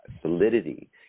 solidity